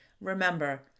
Remember